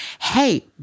hey